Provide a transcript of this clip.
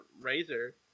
Razor